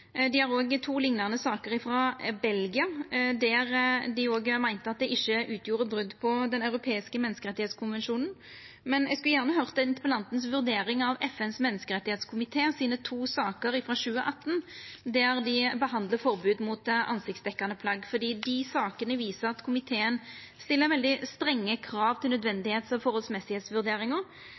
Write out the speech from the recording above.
ikkje utgjorde brot på Den europeiske menneskerettskonvensjon. Eg skulle gjerne høyrt interpellanten si vurdering av to saker i FNs menneskerettskomité frå 2018, der dei behandla forbod mot ansiktsdekkjande plagg, for dei sakene viser at komiteen stiller veldig strenge krav til nødvendigheits- og